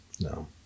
No